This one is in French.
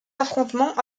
affrontements